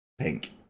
pink